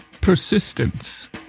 Persistence